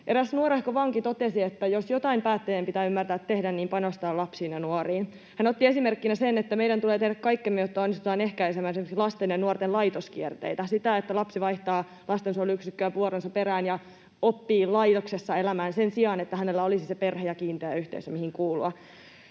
Eräs nuorehko vanki totesi, että jos jotain päättäjien pitää ymmärtää tehdä, niin panostaa lapsiin ja nuoriin. Hän otti esimerkkinä sen, että meidän tulee tehdä kaikkemme, jotta onnistutaan ehkäisemään esimerkiksi lasten ja nuorten laitoskierteitä, sitä, että lapsi vaihtaa lastensuojeluyksikköä vuoronsa perään ja oppii elämään laitoksessa sen sijaan, että hänellä olisi perhe ja kiinteä yhteisö, mihin kuulua.